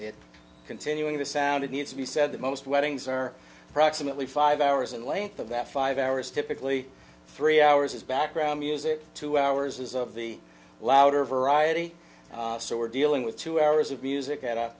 it continuing the sound of need to be said the most weddings are approximately five hours in length of that five hours typically three hours is background music two hours of the louder variety so we're dealing with two hours of music at a